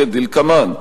כדלקמן: